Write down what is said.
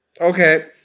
Okay